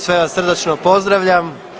Sve vas srdačno pozdravljam.